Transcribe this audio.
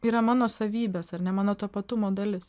yra mano savybės ar ne mano tapatumo dalis